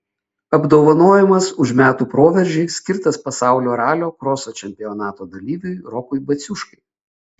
apdovanojimas už metų proveržį skirtas pasaulio ralio kroso čempionato dalyviui rokui baciuškai